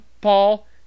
Paul